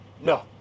No